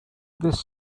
this